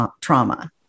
trauma